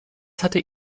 hatte